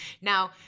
Now